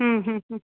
हम्म हम्म हम्म